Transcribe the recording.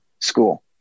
school